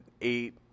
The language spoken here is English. eight